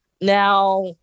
Now